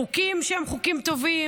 חוקים שהם חוקים טובים,